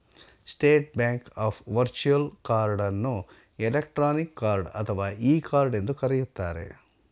state bank of virtual card ಅನ್ನು electronic card ಅಥವಾ e card ಎಂದು ಕರೆಯುತ್ತಾರೆ